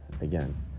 again